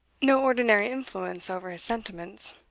no ordinary influence over his sentiments.